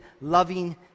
loving